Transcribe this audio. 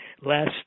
last